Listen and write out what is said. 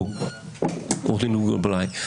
עו"ד גור בליי,